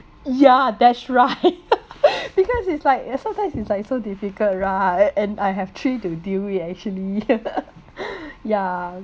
yeah that's right because it's like uh sometimes it's like so difficult right and I have three to deal with actually ya